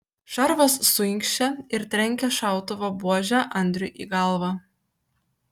šarvas suinkščia ir trenkia šautuvo buože andriui į galvą